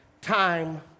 Time